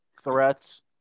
threats